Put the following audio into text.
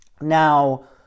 Now